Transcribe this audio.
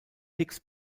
hicks